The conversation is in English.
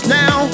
now